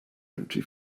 empty